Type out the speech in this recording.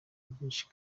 byinshi